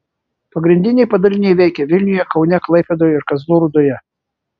pagrindiniai padaliniai veikia vilniuje kaune klaipėdoje ir kazlų rūdoje